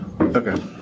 Okay